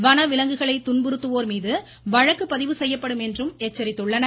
வனவிலங்குகளை துன்புறுத்துவோர் மீது வழக்கு பதிவு செய்யப்படும் என்று எச்சரித்துள்ளனர்